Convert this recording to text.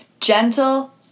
Gentle